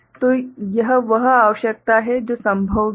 तो यह वह आवश्यकता है जो संभव भी है